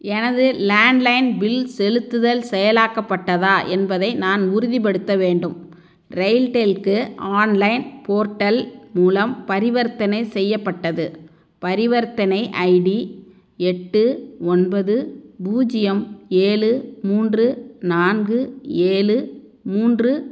எனது landline bill செலுத்துதல் செயலாக்கப்பட்டதா என்பதை நான் உறுதிப்படுத்த வேண்டும் ரெயில்டெல்க்கு ஆன்லைன் போர்டல் மூலம் பரிவர்த்தனை செய்யப்பட்டது பரிவர்த்தனை ஐடி எட்டு ஒன்பது பூஜ்ஜியம் ஏழு மூன்று நான்கு ஏழு மூன்று